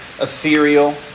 ethereal